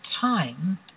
time